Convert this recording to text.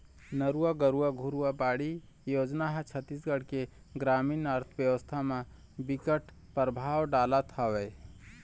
नरूवा, गरूवा, घुरूवा, बाड़ी योजना ह छत्तीसगढ़ के गरामीन अर्थबेवस्था म बिकट परभाव डालत हवय